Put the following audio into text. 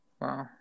Wow